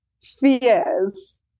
fears